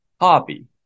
hobby